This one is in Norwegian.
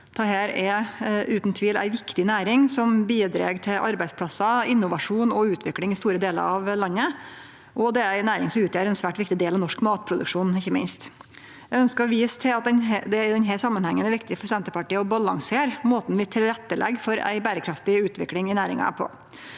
Dette er utan tvil ei viktig næring som bidreg til arbeidsplassar, innovasjon og utvikling i store delar av landet, og det er ei næring som ikkje minst utgjer ein svært viktig del av norsk matproduksjon. Eg ønskjer å vise til at det i denne samanhengen er viktig for Senterpartiet å balansere måten vi legg til rette for ei berekraftig utvikling i næringa